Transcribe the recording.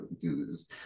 dudes